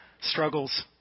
struggles